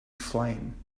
flame